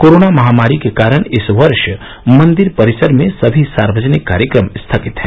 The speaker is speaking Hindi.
कोरोना महामारी के कारण इस वर्ष मंदिर परिसर में समी सार्वजनिक कार्यक्रम स्थगित हैं